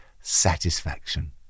satisfaction